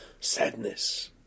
sadness